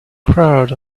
crowd